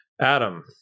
Adam